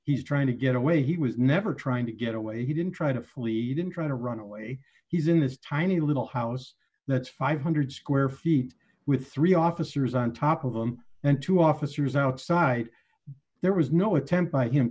he's trying to get away he was never trying to get away he didn't try to flee even trying to run away he's in this tiny little house that's five hundred square feet with three officers on top of him and two officers outside there was no attempt by him